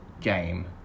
game